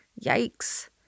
yikes